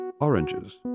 Oranges